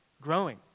Growing